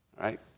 right